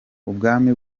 ubwami